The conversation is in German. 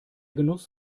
genuss